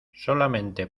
solamente